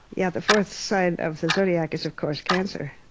yeah. the fourth sign of the zodiac is, of course, cancer.